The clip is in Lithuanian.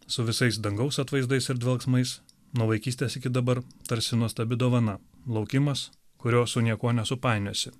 su visais dangaus atvaizdais ir dvelksmais nuo vaikystės iki dabar tarsi nuostabi dovana laukimas kurio su niekuo nesupainiosi